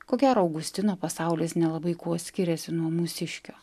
ko gero augustino pasaulis nelabai kuo skiriasi nuo mūsiškio